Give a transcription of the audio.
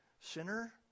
Sinner